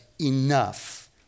enough